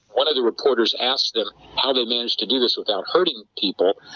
one of the reporters asked them how they managed to do this without hurting people.